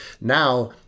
Now